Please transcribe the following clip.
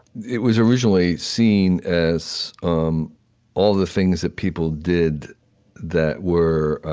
it was originally seen as um all the things that people did that were